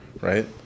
right